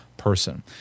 person